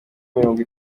mirongo